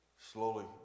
slowly